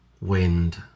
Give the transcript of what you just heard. wind